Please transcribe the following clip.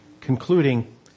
concluding